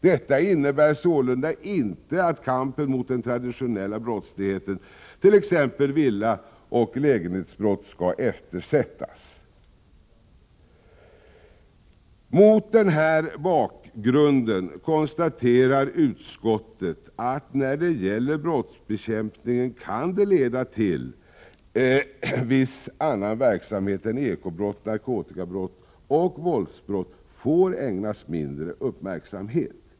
Detta innebär sålunda inte att kampen mot den traditionella brottsligheten, t.ex. villaoch lägenhetsinbrott, skall eftersättas. Mot den här bakgrunden konstaterar utskottet att förslaget när det gäller brottsbekämpningen kan leda till att viss annan verksamhet än eko-brott, narkotikabrott och våldsbrott får ägnas mindre uppmärksamhet.